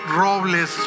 robles